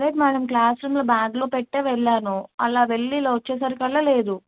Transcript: లేదు madam class రూమ్లో బ్యాగ్లో పెట్టే వెళ్ళాను అలా వెళ్ళి ఇలా వచ్చేసరికల్లా లేదు